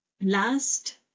last